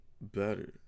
better